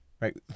right